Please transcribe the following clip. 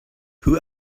who